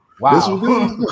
Wow